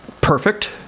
Perfect